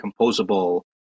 composable